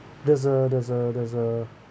there's a there's a there's a